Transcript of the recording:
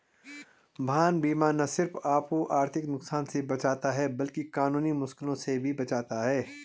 वाहन बीमा न सिर्फ आपको आर्थिक नुकसान से बचाता है, बल्कि कानूनी मुश्किलों से भी बचाता है